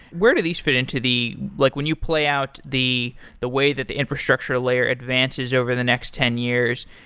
where do these fit into the like when you play out the the way that the infrastructure layer advances over the next ten years,